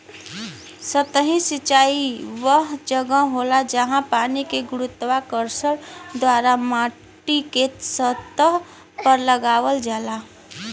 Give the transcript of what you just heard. सतही सिंचाई वह जगह होला, जहाँ पानी के गुरुत्वाकर्षण द्वारा माटीके सतह पर लगावल जाला